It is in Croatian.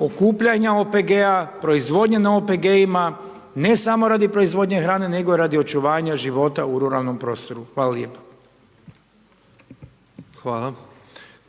okupljanja OPG-a, proizvodnja na OPG-ima, ne samo radi proizvodnje hrane, nego i radi očuvanja života u ruralnom prostoru. Hvala lijepo. **Petrov, Božo (MOST)** Hvala.